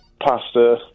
pasta